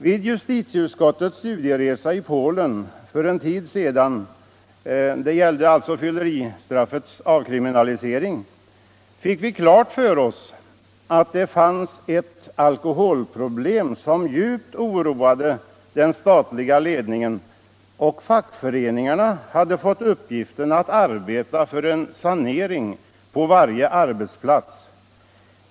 Vid justitieutskottets studieresa i Polen för en tid sedan — det gällde fylleribrottets avkriminalisering — fick vi klart för oss att det fanns ett alkoholproblem som djupt oroade den statliga ledningen. Fackföreningarna hade fått till uppgift att arbeta för en sanering på varje arbetsplats.